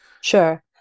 sure